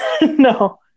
No